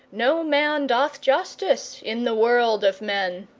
no man doth justice in the world of men.